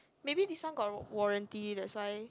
maybe this one got warranty that's why